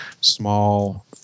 small